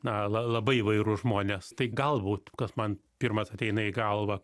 na la labai įvairūs žmonės tai galbūt kas man pirmas ateina į galvą